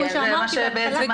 זה בדיוק מה שאמרתי בהתחלה.